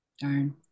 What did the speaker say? Darn